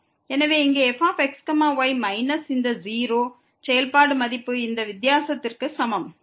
எனவே இங்கே fx y minus இந்த 0 செயல்பாடு மதிப்பு இந்த வித்தியாசத்திற்கு சமம்